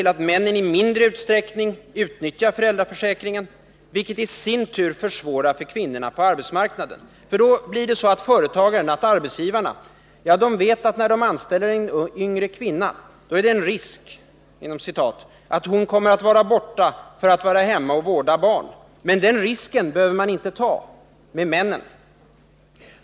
Att männen i mindre utsträckning utnyttjar föräldraförsäkringen försvårar i sin tur för kvinnorna på arbetsmarknaden. Arbetsgivarna vet att när de anställer en yngre kvinna är det en ”risk” att hon kommer att vara borta från arbetet för att vara hemma och vårda barn, men den risken behöver man inte ta med männen.